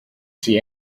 see